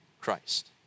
Christ